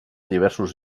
diversos